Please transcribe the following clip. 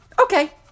Okay